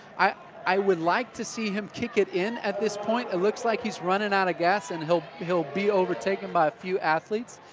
i i would like to see him kick it in at this point, it looks like he's running out of gas and he'll he'll be overtaken by a few athletes,